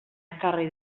ekarri